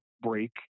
break